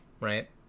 right